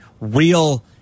real